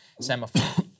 Semaphore